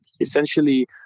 essentially